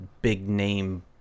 big-name